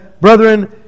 Brethren